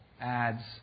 ads